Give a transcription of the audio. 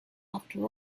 after